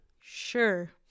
Sure